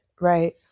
Right